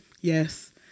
Yes